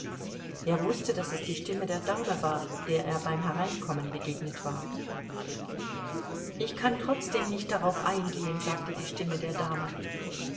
er wußte daß es die stimme der dame war der er beim hereinkommen begegnet war ich kann trotzdem nicht darauf eingehen sagte die stimme der dame